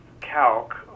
calc